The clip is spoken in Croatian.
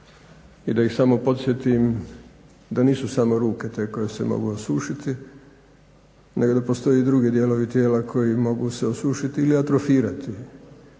i da ih samo podsjetim da nisu samo ruke te koje se mogu osušiti, nego da postoje i drugi dijelovi tijela koji mogu se osušiti ili atrofirati